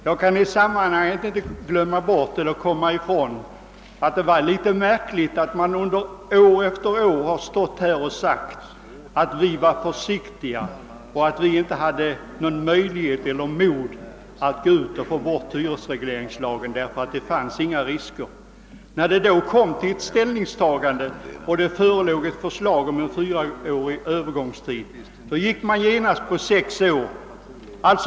Jag kan i detta sammanhang inte bortse från det märkliga i att man år efter år har stått upp här och anklagat oss på socialdemokratiskt håll för att vara alltför försiktiga och sakna mod att avskaffa hyresregleringslagen; ett avskaffande av denna lag ansågs inte innebära några risker. Men när det blev fråga om ett ställningstagande och det förelåg förslag om en fyraårig Öövergångstid, anslöt man sig i stället till förslaget om sex års övergångstid.